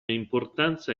importanza